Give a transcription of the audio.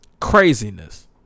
Craziness